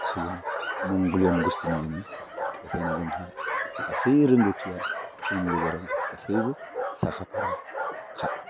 सुबुं मंगलीय'न गस्टिनि जोङो बेखायनो जोंहा गासै रोंगौथिया जोंनि गेजेराव गासैबो साखाफारा खा